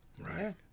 Right